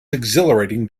exhilarating